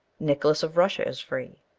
nicholas of russia is free.